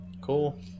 cool